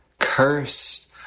cursed